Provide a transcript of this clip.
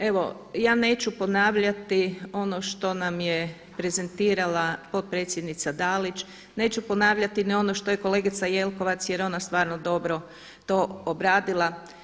Evo ja neću ponavljati ono što nam je prezentirala potpredsjednica Dalić, neću ponavljati ni ono što je kolegica Jelkovac, jer ona je stvarno dobro to obradila.